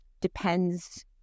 depends